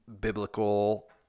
biblical